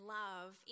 love